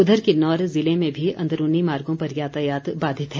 उधर किन्नौर जिले में भी अंदरूनी मार्गों पर यातायात बाधित है